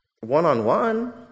one-on-one